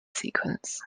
sequence